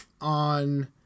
on